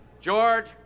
George